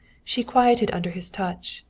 she quieted under his touch.